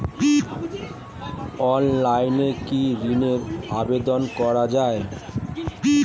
অনলাইনে কি ঋণের আবেদন করা যায়?